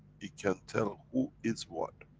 you can tell who is what.